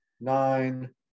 nine